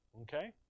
Okay